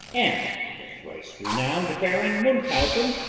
and the thrice-renowned baron munchausen,